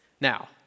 Now